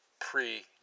pre